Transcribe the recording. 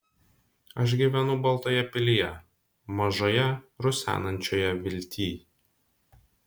aš gyvenu baltoje pilyje mažoje rusenančioje viltyj